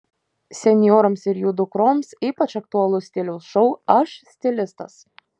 senjoroms ir jų dukroms ypač aktualus stiliaus šou aš stilistas